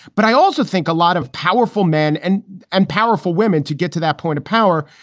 but i also think a lot of powerful men and and powerful women to get to that point of power.